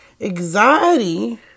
Anxiety